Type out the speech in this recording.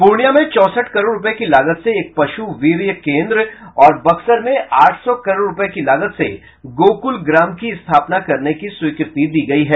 पूर्णिया में चौंसठ करोड़ रूपये की लागत से एक पशु वीर्य केंद्र और बक्सर में आठ सौ करोड़ रूपये की लागत से गोकुल ग्राम की स्थापना करने की स्वीकृति दी गयी है